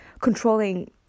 controlling